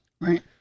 right